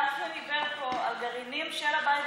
גפני דיבר פה על גרעינים של הבית